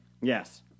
Yes